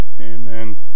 Amen